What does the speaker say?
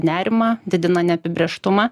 nerimą didina neapibrėžtumą